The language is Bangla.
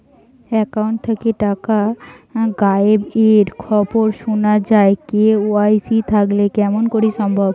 একাউন্ট থাকি টাকা গায়েব এর খবর সুনা যায় কে.ওয়াই.সি থাকিতে কেমন করি সম্ভব?